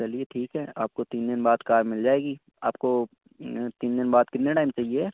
چلیے ٹھیک ہے آپ کو تین دِن بعد کار مِل جائے گی آپ کو تین دِن بعد کتنے ٹائم چاہیے